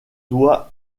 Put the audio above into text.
doit